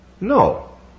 No